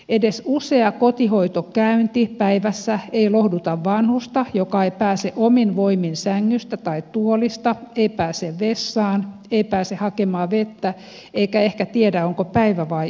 edes usea kotihoitokäynti päivässä ei lohduta vanhusta joka ei pääse omin voimin sängystä tai tuolista ei pääse vessaan ei pääse hakemaan vettä eikä ehkä tiedä onko päivä vai yö